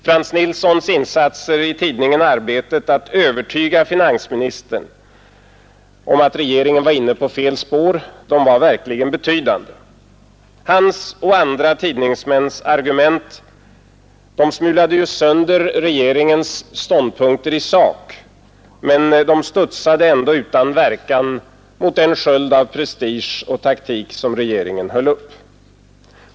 Frans Nilssons insatser i tidningen Arbetet att övertyga finansministern om att regeringen var inne på fel spår var verkligen betydande. Hans och andra tidningsmäns argument smulade sönder regeringens ståndpunkter i sak, men de studsade ändå utan verkan mot den sköld av prestige och taktik som regeringen höll upp.